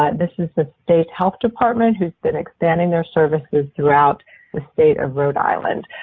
ah this is the state health department who's been expanding their services throughout the state of rhode island.